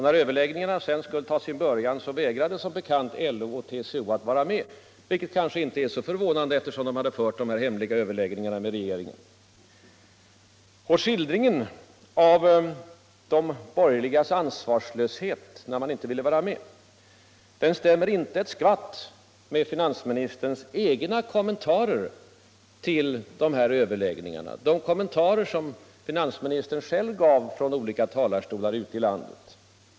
När överläggningarna sedan skulle ta sin början vägrade som bekant LO och TCO att vara med, vilket kanske inte är så förvånande eftersom de redan förde hemliga överläggningar med regeringen. Skildringen av de borgerligas påstådda ansvarslöshet för att de inte ville vara med stämmer inte ett skvatt med de kommentarer finansministern själv gett från olika talarstolar ute i landet.